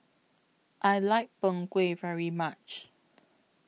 I like Png Kueh very much